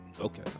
Okay